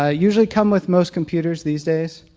ah usually come with most computers these days.